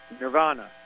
Nirvana